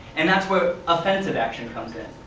and that's where offensive action comes in.